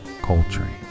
Coltrane